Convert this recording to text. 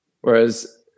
Whereas